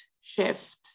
shift